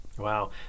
Wow